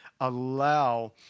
allow